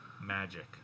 magic